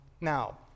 Now